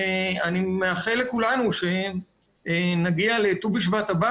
אני מאחל לכולנו שנגיע ל-ט"ו בשבט הבא